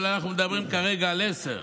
אבל אנחנו מדברים כרגע על עשר.